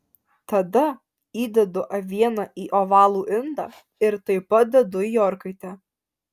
tada įdedu avieną į ovalų indą ir taip pat dedu į orkaitę